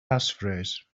passphrase